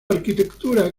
arquitectura